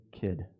kid